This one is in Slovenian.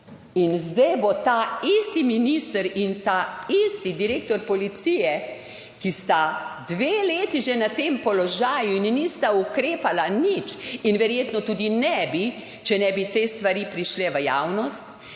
In zdaj bo taisti minister in taisti direktor policije, ki sta dve leti že na tem položaju in nista ukrepala nič in verjetno tudi ne bi, če ne bi te stvari prišle v javnost,